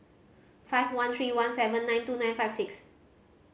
five one three one seven nine two nine five six